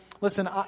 listen